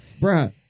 Bruh